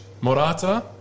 Morata